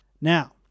Now